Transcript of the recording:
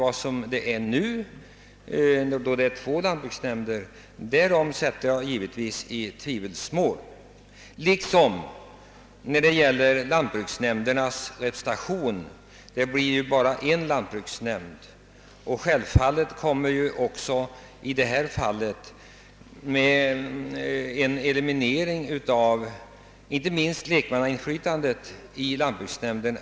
Men jag tvivlar givetvis på att antalet tjänster blir lika stort som nu är fallet när det finns två lantbruksnämnder. Om det bara blir en lantbruksnämnd kommer självfallet också en minskning att ske i fråga om lantbruksnämndens representation och inte minst en minskning av lekmannainflytandet i lantbruksnämnden.